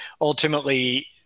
ultimately